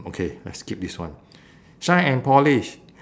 okay let's skip this one shine and polish